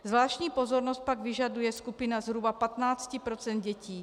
Zvláštní pozornost pak vyžaduje skupina zhruba 15 % dětí.